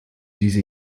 diese